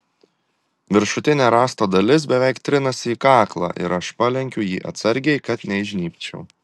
viršutinė rąsto dalis beveik trinasi į kaklą ir aš palenkiu jį atsargiai kad neįžnybčiau